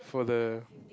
for the